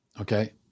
Okay